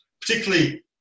particularly